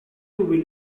will